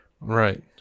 Right